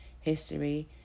history